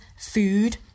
food